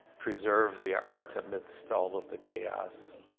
preserve the art amidst all of the chaos.